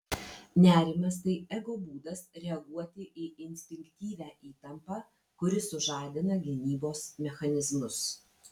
nerimas tai ego būdas reaguoti į instinktyvią įtampą kuri sužadina gynybos mechanizmus